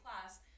class